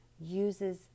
uses